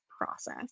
process